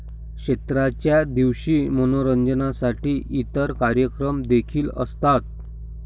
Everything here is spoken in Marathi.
क्षेत्राच्या दिवशी मनोरंजनासाठी इतर कार्यक्रम देखील असतात